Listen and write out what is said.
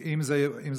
אם זה מופעל,